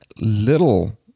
little